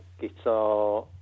guitar